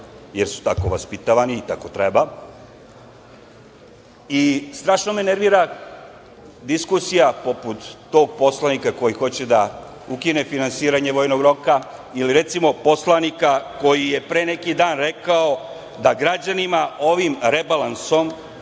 jer su tako vaspitavani i tako treba i strašno me nervira diskusija poput tog poslanika koji hoće da ukine finansiranje vojnog roka ili recimo poslanika koji je pre neki dan rekao da građanima ovim rebalansom